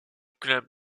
club